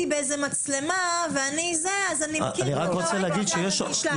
באיזה מצלמה ואני מכיר אותו ואשלח לו.